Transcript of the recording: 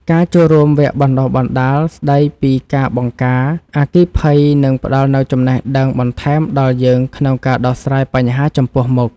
ការចូលរួមវគ្គបណ្តុះបណ្តាលស្តីពីការបង្ការអគ្គិភ័យនឹងផ្តល់នូវចំណេះដឹងបន្ថែមដល់យើងក្នុងការដោះស្រាយបញ្ហាចំពោះមុខ។